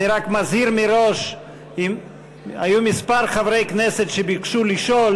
אני רק מזהיר מראש: היו כמה חברי כנסת שביקשו לשאול.